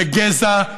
לגזע,